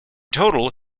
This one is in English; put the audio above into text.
total